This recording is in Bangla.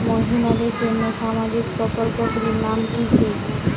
মহিলাদের জন্য সামাজিক প্রকল্প গুলির নাম কি কি?